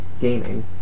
gaming